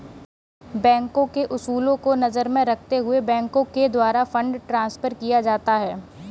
बैंकों के उसूलों को नजर में रखते हुए बैंकों के द्वारा फंड ट्रांस्फर किया जाता है